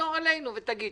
ותחזור אלינו ותגיד.